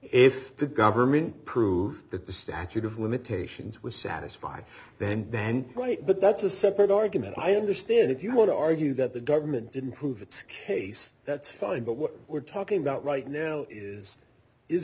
if the government prove that the statute of limitations was satisfied then then point but that's a separate argument i understand if you want to argue that the government didn't prove its case that's fine but what we're talking about right now is is